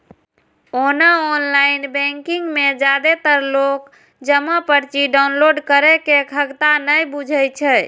ओना online banking मे जादेतर लोक जमा पर्ची डॉउनलोड करै के खगता नै बुझै छै